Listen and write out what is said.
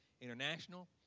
International